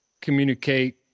communicate